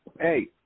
Hey